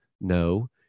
no